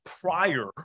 prior